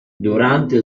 durante